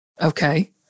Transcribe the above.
Okay